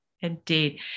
Indeed